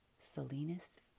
Salinas